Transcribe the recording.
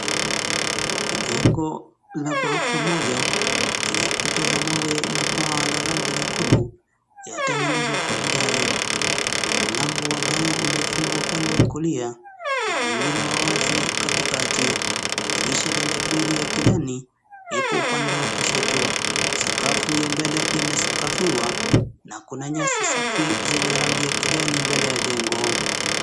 NI jengo la ghorofa moja lenye kuta za mawe na paa la rangi nyekundu iliyotengenezwa kwa vigae. Kuna mlango wa mbao uliofungwa upande wa kulia na mwingine wa wazi katikati , dirisha lenye grili ya kijani ipo upande wa kushoto, sakafu ya mbele imesakafiwa na kuna nyasi safi zenye rangi ya kijani mbele ya jengo.